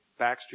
Backstreet